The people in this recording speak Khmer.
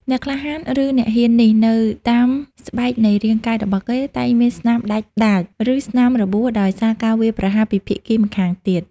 អ្នកក្លាហាន ឬអ្នកហ៊ាននេះ នៅតាមស្បែកនៃរាងកាយរបស់គេតែងមានស្នាមដាច់ដាច ឬស្នាមរបួសដោយសារការវាយប្រហារពីភាគីម្ខាងទៀត ។